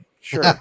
sure